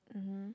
mmhmm